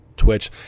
twitch